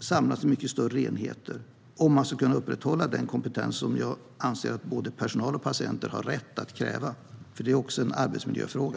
samlas vid mycket större enheter om man ska kunna upprätthålla den kompetens som jag anser att både personal och patienter har rätt att kräva, för det är också en arbetsmiljöfråga.